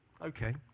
Okay